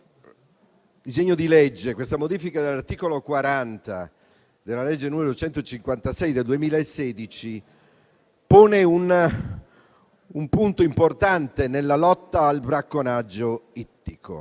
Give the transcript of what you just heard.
il disegno di legge di modifica dell'articolo 40 della legge n. 154 del 2016 pone un punto importante nella lotta al bracconaggio ittico.